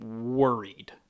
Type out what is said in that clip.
worried